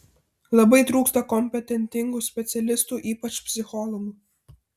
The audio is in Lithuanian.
labai trūksta kompetentingų specialistų ypač psichologų